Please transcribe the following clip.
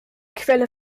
quelle